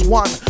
one